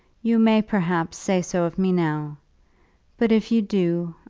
you may, perhaps, say so of me now but if you do,